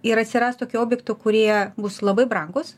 ir atsiras tokių objektų kurie bus labai brangūs